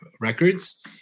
records